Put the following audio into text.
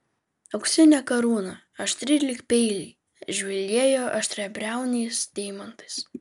auksinė karūna aštri lyg peiliai žvilgėjo aštriabriauniais deimantais